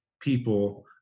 people